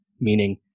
meaning